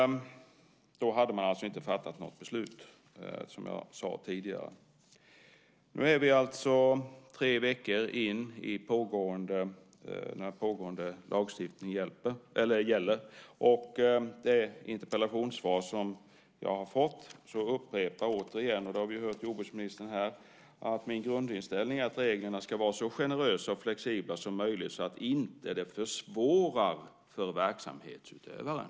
Då hade man alltså inte fattat något beslut, som jag sade tidigare. Nu är det tre veckor sedan pågående lagstiftning började gälla. I det interpellationssvar som jag har fått upprepar jordbruksministern detta, som vi har hört här: "Min grundinställning är att reglerna ska vara så generösa och flexibla som möjligt så att de inte försvårar för verksamhetsutövarna."